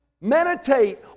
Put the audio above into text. Meditate